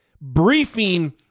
briefing